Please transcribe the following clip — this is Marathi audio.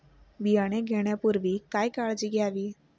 बियाणे घेण्यापूर्वी काय काळजी घ्यावी?